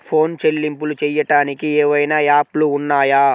Phone చెల్లింపులు చెయ్యటానికి ఏవైనా యాప్లు ఉన్నాయా?